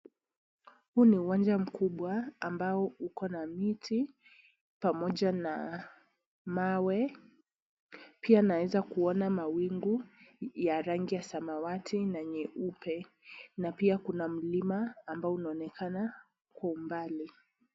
Huu ni uwanja mkubwa ambao uko na miti pamoja na mawe. Pia naweza kuona mawingu ya rangi ya samawati na nyeupe na pia kuna mlima ambao unaonekana kwa umbali.